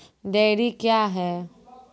Dairy क्या हैं?